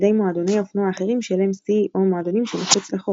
מועדוני אופנוע אחרים של MC או מועדונים שמחוץ לחוק.